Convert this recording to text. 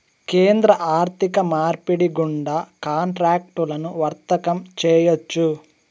కేంద్ర ఆర్థిక మార్పిడి గుండా కాంట్రాక్టులను వర్తకం చేయొచ్చు